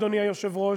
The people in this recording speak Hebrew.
אדוני היושב-ראש,